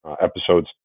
episodes